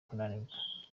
kunanirwa